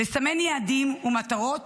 לסמן יעדים ומטרות